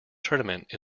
tournament